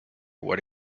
what